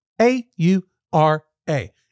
A-U-R-A